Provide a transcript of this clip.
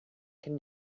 can